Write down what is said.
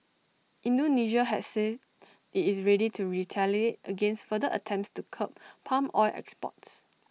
Indonesia has said IT is ready to retaliate against further attempts to curb palm oil exports